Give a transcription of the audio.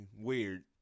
Weird